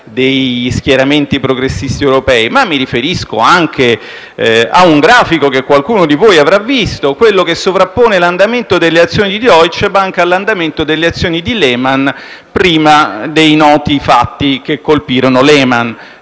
degli schieramenti progressisti europei, ma mi riferisco anche a un grafico che qualcuno di voi avrà visto, quello che sovrappone l'andamento delle azioni di Deutsche Bank all'andamento delle azioni di Lehman Brothers prima dei noti fatti che la colpirono.